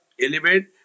element